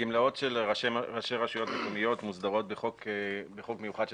גמלאות של ראשי רשויות מקומיות מוסדרות בחוק מיוחד של